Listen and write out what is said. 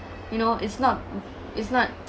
you know it's not it's not